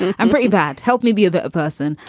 i'm pretty bad. helped me be a better person.